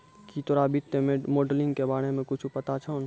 की तोरा वित्तीय मोडलिंग के बारे मे कुच्छ पता छौं